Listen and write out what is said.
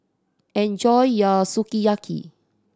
enjoy your Sukiyaki